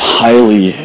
highly